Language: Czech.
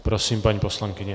Prosím, paní poslankyně.